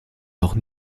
noch